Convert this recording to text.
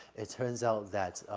it turns out that,